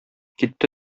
китте